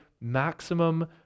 maximum